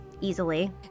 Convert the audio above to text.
easily